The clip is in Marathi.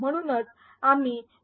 म्हणून आम्ही ए